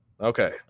okay